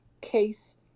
case